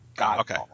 Okay